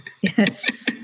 Yes